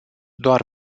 doar